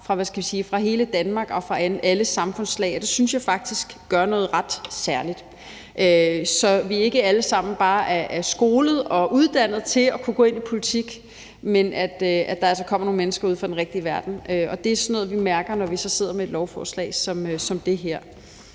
fra hele Danmark og fra alle samfundslag, og det synes jeg faktisk gør noget ret særligt, så vi ikke alle sammen bare er skolet og uddannet til at kunne gå ind i politik, men at der altså kommer nogle mennesker ude fra den rigtige i verden. Det er sådan noget, vi mærker, når vi så sidder med et lovforslag som det her.